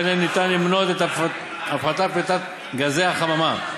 וביניהם ניתן למנות את הפחתת פליטת גזי החממה,